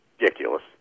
Ridiculous